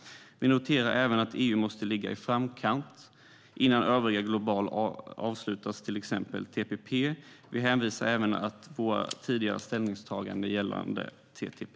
Vi noterar även att EU måste ligga i framkant innan övriga globala avtal sluts, till exempel TPP. Vi hänvisar även till våra tidigare ställningstaganden gällande TTIP.